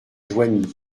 joigny